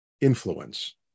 influence